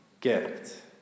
gift